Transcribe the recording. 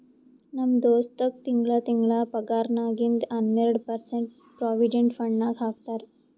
ನಮ್ ದೋಸ್ತಗ್ ತಿಂಗಳಾ ತಿಂಗಳಾ ಪಗಾರ್ನಾಗಿಂದ್ ಹನ್ನೆರ್ಡ ಪರ್ಸೆಂಟ್ ಪ್ರೊವಿಡೆಂಟ್ ಫಂಡ್ ನಾಗ್ ಹಾಕ್ತಾರ್